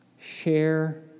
Share